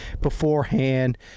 beforehand